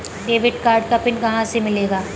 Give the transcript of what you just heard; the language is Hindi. डेबिट कार्ड का पिन कहां से मिलेगा?